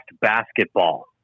basketball